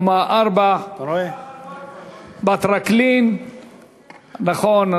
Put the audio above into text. בקומה 4. כבר 16:00. נכון,